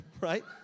right